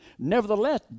Nevertheless